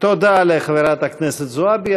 תודה לחברת הכנסת זועבי.